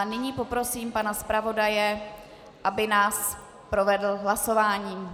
Nyní poprosím pana zpravodaje, aby nás provedl hlasováním.